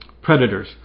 Predators